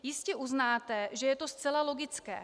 Jistě uznáte, že je to zcela logické.